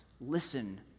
Listen